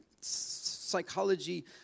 psychology